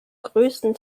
größten